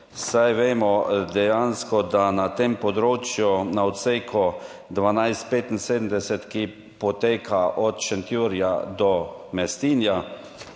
saj vemo, da na tem področju, na odseku 1275, ki poteka od Šentjurja do Mestinja,